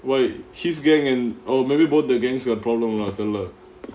why his gang and oh maybe both the gangs got problem lah